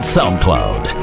SoundCloud